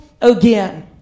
again